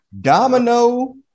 Domino